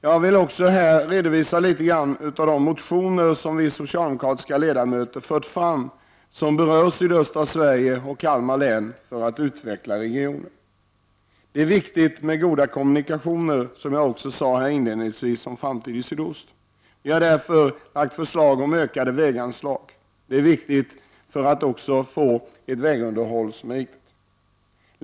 Jag vill också här redovisa några av de motioner som vi socialdemokratiska ledamöter fört fram för att utveckla regionen och som berör sydöstra Sverige och Kalmar län. Det är viktigt med goda kommunikationer för en framtid i Sydost. Vi har därför lagt fram förslag om ökade väganslag. Det är också viktigt att få ett gott vägunderhåll.